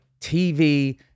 tv